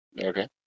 Okay